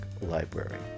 Library